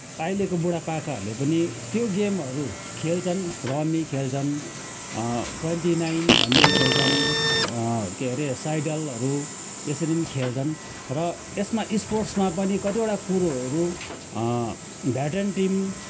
अहिलेका बुढापाकाहरूले पनि त्यो गेमहरू खेल्छन् रमी खेल्छन् ट्वेन्टी नाइन भन्ने खेल्छन् के अरे साइडलहरू यसरी पनि खेल्छन् र यसमा स्पोर्ट्समा पनि कतिवटा कुरोहरू भेटेरन टिम